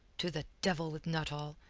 to the devil with nuttall!